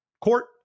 court